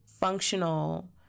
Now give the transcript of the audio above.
functional